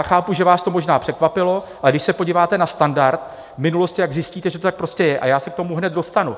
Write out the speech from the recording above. Chápu, že vás to možná překvapilo, ale když se podíváte na standard v minulosti, jak zjistíte, že to tak prostě je, a já se k tomu hned dostanu.